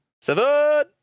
seven